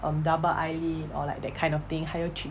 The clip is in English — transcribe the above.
um double eyelid or like that kind of thing higher cheek